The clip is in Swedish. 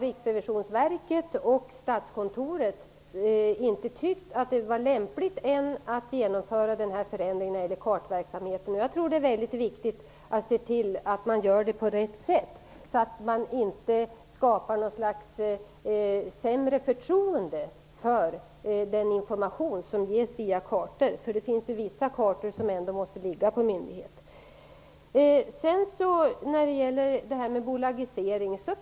Riksrevisionsverket och Statskontoret tyckte inte att det var lämpligt att genomföra den här förändringen när det gäller kartverksamheten än. Jag tror att det är mycket viktigt att se till att den görs på rätt sätt. Man får inte skapa ett sämre förtroende för den information som ges via kartor. Det finns ju vissa kartor där ansvaret ändå måste ligga hos en myndighet. Det finns en viss erfarenhet av bolagiseringar.